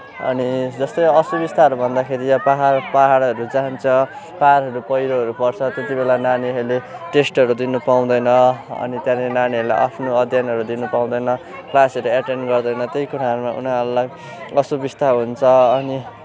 अनि जस्तै असुबिस्ताहरू भन्दाखेरि पहाड पहाडहरू जान्छ पहाडहरू पहिरोहरू पर्छ त्यति बेला नानीहेरूले टेस्टहरू दिन पाउँदैन अनि त्यहाँनिर नानीहरूलाई आफ्नो अध्ययनहरू दिन पाउँदैन क्लासहरू एटेन्ड गर्दैन त्यही कुराहरूमा उनीहरूलाई असुबिस्ता हुन्छ अनि